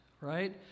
right